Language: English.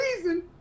reason